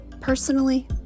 personally